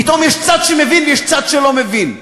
פתאום יש צד שמבין ויש צד שלא מבין.